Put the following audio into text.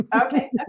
Okay